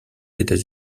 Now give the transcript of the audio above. états